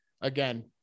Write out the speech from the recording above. again